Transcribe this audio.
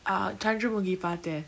uh chandramukhi பாத்த:patha